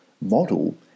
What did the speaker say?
model